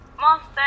Monster